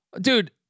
dude